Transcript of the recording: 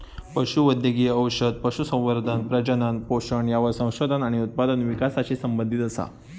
पशु वैद्यकिय औषध, पशुसंवर्धन, प्रजनन, पोषण यावर संशोधन आणि उत्पादन विकासाशी संबंधीत असा